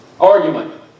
argument